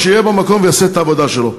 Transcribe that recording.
אז שיהיה במקום ויעשה את העבודה שלו.